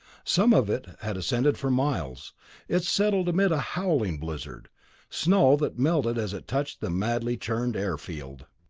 some of it had ascended for miles it settled amid a howling blizzard snow that melted as it touched the madly churned airfield.